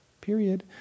Period